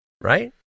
right